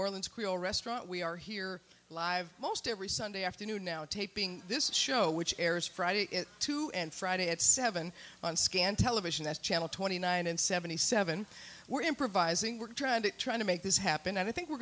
orleans creole restaurant we are here live most every sunday afternoon now taping this show which airs friday two and friday at seven on scant television that's channel twenty nine and seventy seven were improvising we're trying to trying to make this happen and i think we're